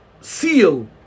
seal